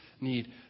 need